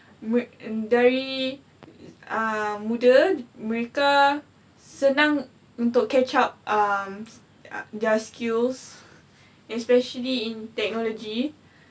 murid um dari dari um muda mereka senang untuk catch up um their skills especially in technology